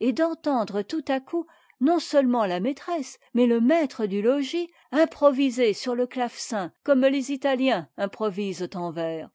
et d'entendre tout à coup non-seulement ta maîtressemais le maître du logis improviser sur le clavecin comme les italiens improvisent un vers